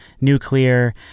nuclear